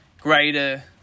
greater